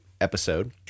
episode